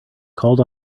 called